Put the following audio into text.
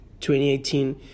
2018